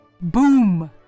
Boom